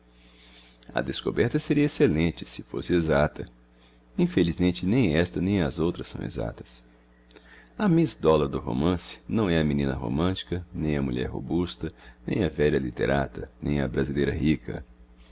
a descoberta seria excelente se fosse exata infelizmente nem esta nem as outras são exatas a miss dollar do romance não é a menina romântica nem a mulher robusta nem a velha literata nem a brasileira rica